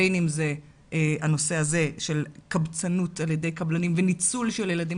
בין אם זה הנושא הזה של קבצנות על ידי קבלנים וניצול של ילדים.